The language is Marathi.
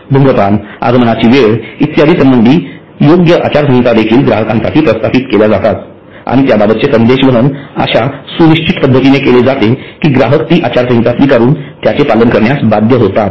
धूम्रपान आगमनाची वेळ इत्यादींशी संबंधित योग्य आचारसंहिता देखील ग्राहकांसाठी प्रस्थापित केल्या जातात आणि त्याबाबतचे संदेशवहन अश्या सुनिश्चित पद्धतीने केले जाते कि ग्राहक ती आचारसंहिता स्वीकारून त्याचे पालन करण्यास बाध्य होतील